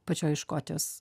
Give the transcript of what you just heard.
pačioj škotijos